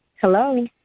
Hello